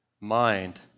mind